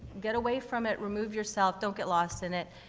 get away from it, remove yourself, don't get lost in it,